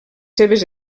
seves